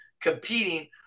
competing